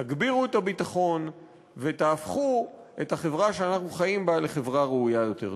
תגבירו את הביטחון ותהפכו את החברה שאנחנו חיים בה לחברה ראויה יותר.